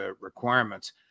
requirements